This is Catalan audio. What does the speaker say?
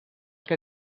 que